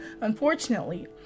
unfortunately